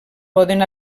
poden